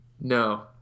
no